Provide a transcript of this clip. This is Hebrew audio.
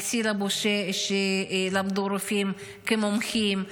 על הסילבוס שלמדו הרופאים כמומחים,